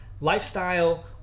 lifestyle